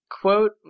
quote